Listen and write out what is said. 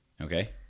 Okay